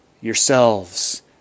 yourselves